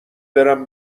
برم